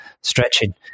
stretching